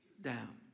down